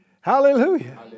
Hallelujah